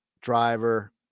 driver